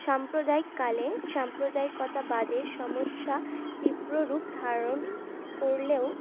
সাম্প্রদায়িককালে সাম্প্রদায়িকতাবাদের সমস্যা তীব্ররূপ ধারণ করলেও